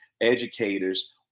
educators